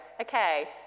Okay